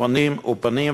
פונים ופונים,